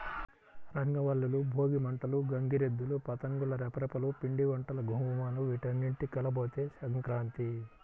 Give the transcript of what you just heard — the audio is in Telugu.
రంగవల్లులు, భోగి మంటలు, గంగిరెద్దులు, పతంగుల రెపరెపలు, పిండివంటల ఘుమఘుమలు వీటన్నింటి కలబోతే సంక్రాంతి